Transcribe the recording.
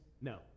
no